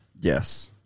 yes